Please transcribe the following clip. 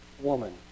woman